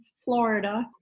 Florida